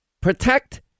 protect